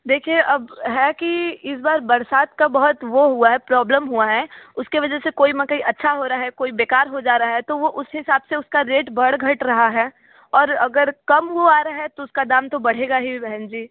देखिए अब है कि इस बार बरसात का बहुत वो हुआ है प्रॉब्लम हुआ है उसके वजह से कोई मकई अच्छा हो रहा है कोई बेकार हो जा रहा है तो वो उस हिसाब से उसका रेट बढ़ घट रहा है और अगर कम वो आ रहा है तो उसका दाम तो बढ़ेगा ही बहन जी